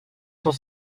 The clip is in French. cent